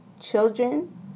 children